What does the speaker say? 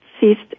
ceased